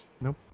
Nope